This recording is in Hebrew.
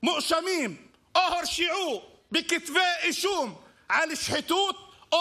המואשמים או הורשעו בכתבי אישום על שחיתות או